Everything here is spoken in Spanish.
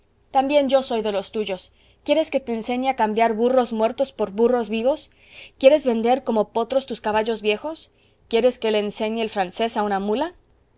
también yo soy de los tuyos quieres que te enseñe a cambiar burros muertos por burros vivos quieres vender como potros tus caballos viejos quieres que le enseñe el francés a una mula